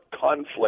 conflict